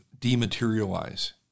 dematerialize